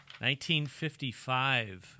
1955